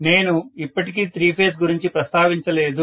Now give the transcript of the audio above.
నేను ఇప్పటికీ three phase గురించి ప్రస్తావించలేదు